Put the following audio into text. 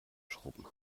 schrubben